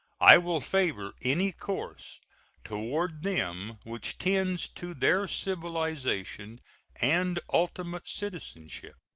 i will favor any course toward them which tends to their civilization and ultimate citizenship.